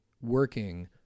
working